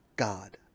God